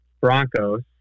Broncos